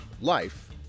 life